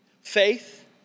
Faith